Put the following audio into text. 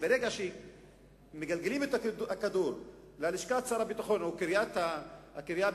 שברגע שמגלגלים את הכדור ללשכת שר הביטחון או הקריה בתל-אביב,